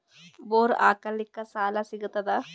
Bore ಹಾಕಲಿಕ್ಕ ಸಾಲ ಸಿಗತದ?